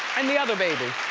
and the other baby.